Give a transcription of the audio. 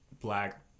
black